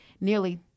nearly